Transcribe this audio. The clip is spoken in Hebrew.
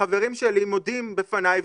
החברים שלי מודים בפניי,